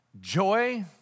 Joy